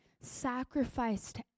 sacrificed